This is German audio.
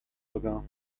sogar